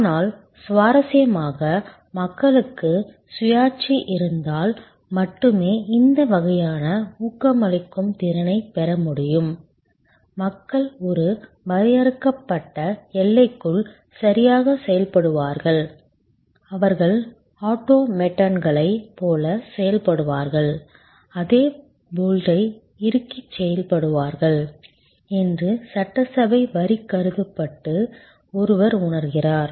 ஆனால் சுவாரஸ்யமாக மக்களுக்கு சுயாட்சி இருந்தால் மட்டுமே இந்த வகையான ஊக்கமளிக்கும் திறனைப் பெற முடியும் மக்கள் ஒரு வரையறுக்கப்பட்ட எல்லைக்குள் சரியாகச் செயல்படுவார்கள் அவர்கள் ஆட்டோமேட்டான்களைப் போல செயல்படுவார்கள் அதே போல்ட்டை இறுக்கிச் செயல்படுவார்கள் என்று சட்டசபை வரிக் கருத்துப்படி ஒருவர் உணர்கிறார்